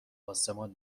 آسمان